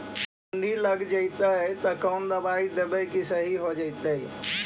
सुंडी लग जितै त कोन दबाइ देबै कि सही हो जितै?